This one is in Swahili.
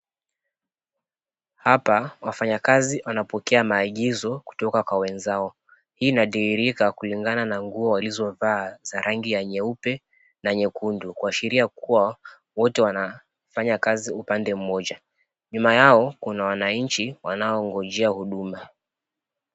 Hapa wafanyakazi wanapokea maagizo kutoka kwa wenzao. Hii inadhihirika kulingana na nguo walizovaa za nyeupe na nyekundu, kuashiria kua wote wanafanya kazi upande mmoja. Nyuma yao kuna wananchi wanaongonjea huduma.